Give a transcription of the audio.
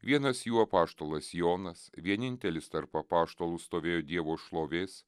vienas jų apaštalas jonas vienintelis tarp apaštalų stovėjo dievo šlovės